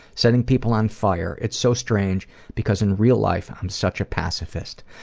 setting people on fire. it's so strange because in real life, i'm such a pacifist.